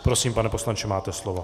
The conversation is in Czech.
Prosím, pane poslanče, máte slovo.